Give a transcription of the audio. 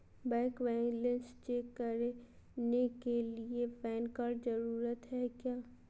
Bank balance check करने के लिए पैन कार्ड जरूरी है क्या?